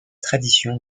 tradition